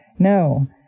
No